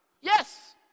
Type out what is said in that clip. Yes